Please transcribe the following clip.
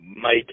Mike